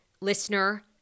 listener